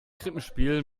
krippenspiel